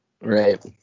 right